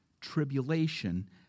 tribulation